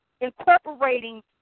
incorporating